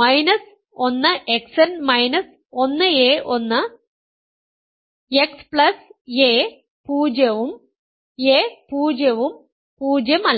minus 1 Xn minus 1 a 1 X plus a 0 ഉം a 0 ഉം 0 അല്ല